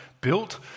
built